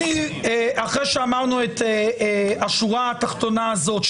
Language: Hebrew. אחרי שאמרנו את השורה התחתונה הזאת,